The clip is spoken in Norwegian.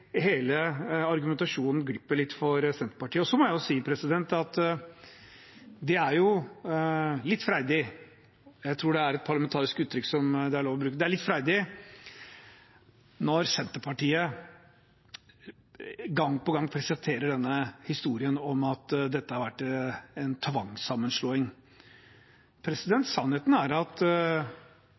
hele argumentasjonen glipper litt for Senterpartiet. Så må jeg jo si at det er litt freidig – jeg tror det er et parlamentarisk uttrykk som er lov å bruke – når Senterpartiet gang på gang presenterer den historien om at dette har vært en tvangssammenslåing. Sannheten er at